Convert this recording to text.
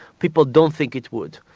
people don't think it would.